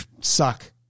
suck